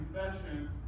confession